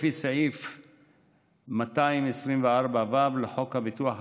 לפי סעיף 224(ו) לחוק הביטוח הלאומי,